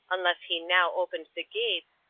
unless he now opened the gates,